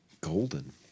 golden